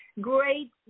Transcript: Great